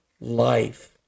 life